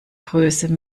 größe